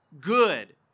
good